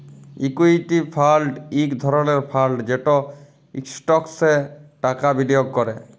equity fund ইক ধরলের fund যেট ইস্টকসে টাকা বিলিয়গ ক্যরে